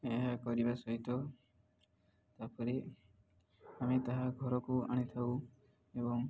ଏହା କରିବା ସହିତ ତା'ପରେ ଆମେ ତାହା ଘରକୁ ଆଣିଥାଉ ଏବଂ